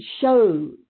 show